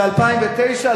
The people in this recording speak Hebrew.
זה 2009,